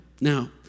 Now